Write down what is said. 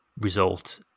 result